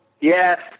Yes